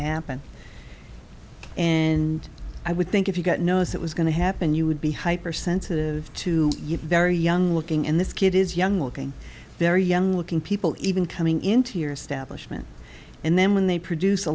happen and i would think if you got knows it was going to happen you would be hypersensitive to you very young looking and this kid is young looking very young looking people even coming into year stablish men and then when they produce a